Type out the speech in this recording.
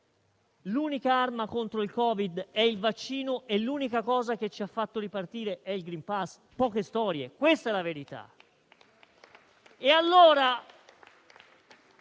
l'unica arma contro il Covid è il vaccino e l'unica cosa che ci ha fatto ripartire è il *green pass*. Poche storie, questa è la verità.